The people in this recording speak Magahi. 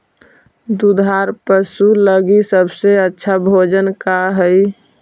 दुधार पशु लगीं सबसे अच्छा भोजन का हई?